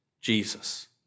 Jesus